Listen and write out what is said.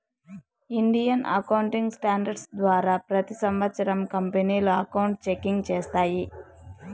Indian accounting standards ద్వారా ప్రతి సంవత్సరం కంపెనీలు అకౌంట్ చెకింగ్ చేస్తాయి